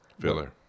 Filler